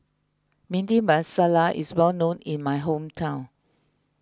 Bhindi Masala is well known in my hometown